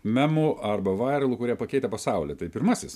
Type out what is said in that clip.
memų arba vairalų kurie pakeitę pasaulį tai pirmasis